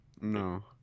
No